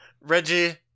Reggie